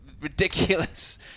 ridiculous